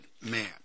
man